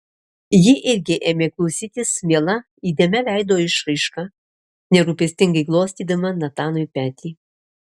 ji irgi ėmė klausytis miela įdėmia veido išraiška nerūpestingai glostydama natanui petį